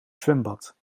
zwembad